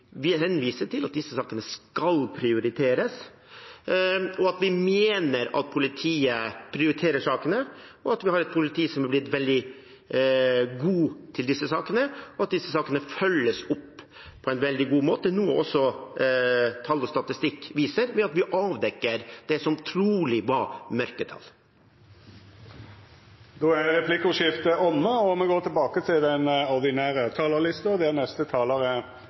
henviser til at disse sakene skal prioriteres, at vi mener at politiet prioriterer sakene, at vi har et politi som har blitt veldig god på dette, og at disse sakene følges opp på en veldig god måte – noe også tall og statistikk viser, ved at vi avdekker det som trolig var mørketall. Replikkordskiftet er då omme. Dei talarane som heretter får ordet, har ei taletid på inntil 3 minutt. Hatefulle ytringer og